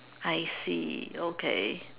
I see okay